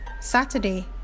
Saturday